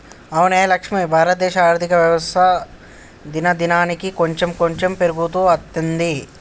అవునే లక్ష్మి భారతదేశ ఆర్థిక వ్యవస్థ దినదినానికి కాంచెం కాంచెం పెరుగుతూ అత్తందే